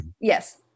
Yes